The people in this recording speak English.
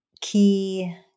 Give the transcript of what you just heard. key